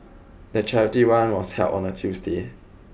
the charity run was held on a Tuesday